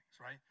right